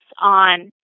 on